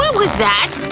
was that!